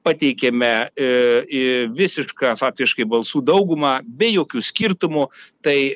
pateikėme į visiška faktiškai balsų daugumą be jokių skirtumų tai